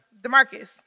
Demarcus